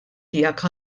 tiegħek